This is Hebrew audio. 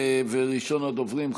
וראשון הדוברים,